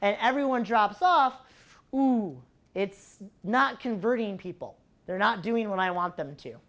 and everyone drops off who it's not converting people they're not doing what i want them to